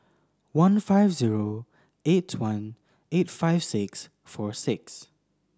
one five zero eight one eight five six four six